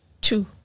Two